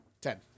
Ten